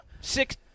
six